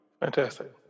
Fantastic